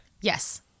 Yes